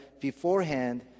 beforehand